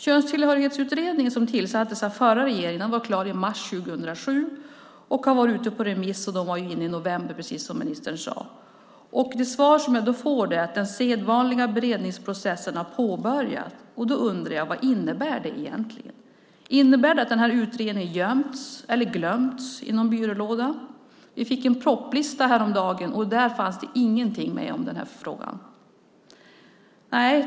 Könstillhörighetsutredningen, som tillsattes av förra regeringen, var klar i mars 2007, och utredningen har varit ute på remiss. Svaren kom in i november. Jag har fått till svar att den sedvanliga beredningsprocessen är påbörjad. Vad innebär det egentligen? Innebär det att utredningen har gömts eller glömts i någon byrålåda? Vi fick en propositionslista häromdagen, och där fanns det ingenting med om denna fråga.